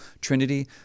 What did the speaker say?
trinity